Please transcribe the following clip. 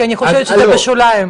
כי אני חושבת שזה בשוליים.